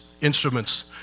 instruments